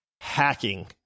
hacking